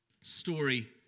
story